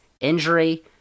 injury